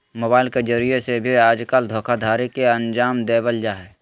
mobile के जरिये से भी आजकल धोखाधडी के अन्जाम देवल जा हय